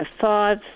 five